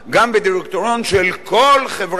גם בדירקטוריון של כל חברה ציבורית.